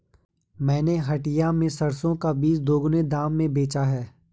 मैंने हटिया में सरसों का बीज दोगुने दाम में बेचा है